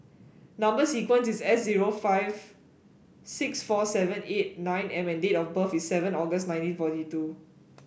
number sequence is S zero five six four seven eight nine M and date of birth is seven August nineteen twenty four